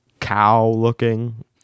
cow-looking